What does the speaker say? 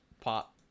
pop